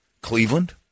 Cleveland